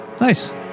Nice